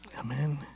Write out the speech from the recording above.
Amen